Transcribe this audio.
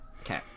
Okay